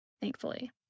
thankfully